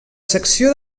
secció